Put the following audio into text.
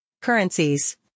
Currencies